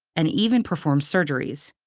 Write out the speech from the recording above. and even perform surgeries.